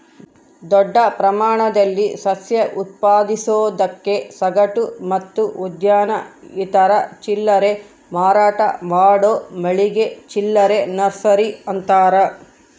ದೊಡ್ಡ ಪ್ರಮಾಣದಲ್ಲಿ ಸಸ್ಯ ಉತ್ಪಾದಿಸೋದಕ್ಕೆ ಸಗಟು ಮತ್ತು ಉದ್ಯಾನ ಇತರೆ ಚಿಲ್ಲರೆ ಮಾರಾಟ ಮಾಡೋ ಮಳಿಗೆ ಚಿಲ್ಲರೆ ನರ್ಸರಿ ಅಂತಾರ